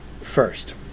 First